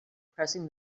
pressing